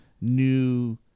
new